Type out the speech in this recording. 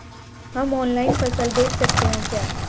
हम ऑनलाइन फसल बेच सकते हैं क्या?